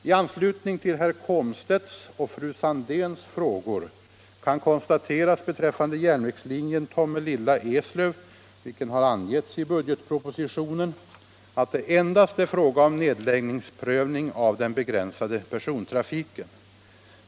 I anslutning till herr Komstedts och fru Sandéhns frågor kan konstateras beträffande järnvägslinjen Tomelilla-Eslöv — vilken har angetts i budgetpropositionen — att det endast är fråga om nedläggningsprövning av den begränsade persontrafiken.